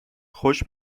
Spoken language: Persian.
خوش